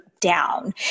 down